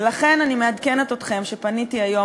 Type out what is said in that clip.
ולכן אני מעדכנת אתכם שפניתי היום,